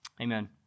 Amen